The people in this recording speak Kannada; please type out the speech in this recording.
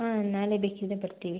ಹಾಂ ನಾಳೆ ಬೇಕಿದ್ದರೆ ಬರುತ್ತೀವಿ